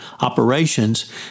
operations